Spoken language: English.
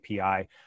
API